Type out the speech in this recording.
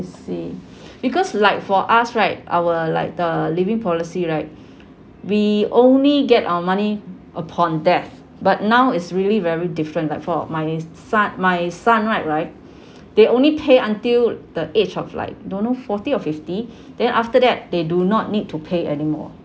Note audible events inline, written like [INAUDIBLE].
see [BREATH] because like for us right our like the living policy right we only get our money upon death but now it's really very different like for my son my son right right they only pay until the age of like [BREATH] don't know forty or fifty then after that they do not need to pay anymore